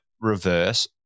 reverse